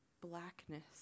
blackness